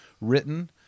written